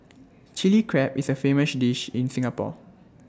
Chilli Crab is A famous dish in Singapore